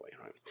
right